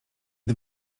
się